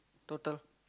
total